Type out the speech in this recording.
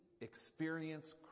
experience